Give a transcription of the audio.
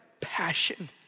passion